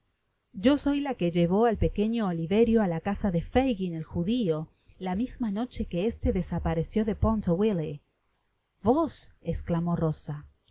yo soy la qullevó al pequeño oliverio á la casa de fagin el judio la misma noche que este desapareció de pontowille vos esclamó rosa yo